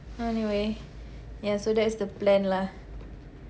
anyway ya so that's the plan lah